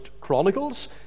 Chronicles